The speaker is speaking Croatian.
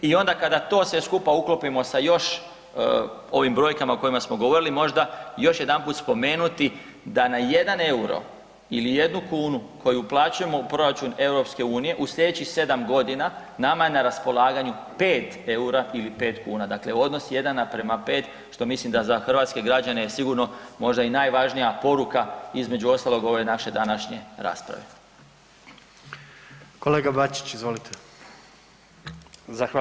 I onda kada to sve skupa uklopimo sa još ovim brojkama o kojima smo govorili, možda još jedanput spomenuti da na jedan EUR-o ili jednu kunu koju uplaćujemo u proračun EU u slijedećih 7.g. nama je na raspolaganju 5 EUR-a ili 5 kuna, dakle odnos 1:5, što mislim da za hrvatske građane je sigurno možda i najvažnija poruka, između ostalog ove naše današnje rasprave.